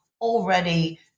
already